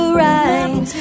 right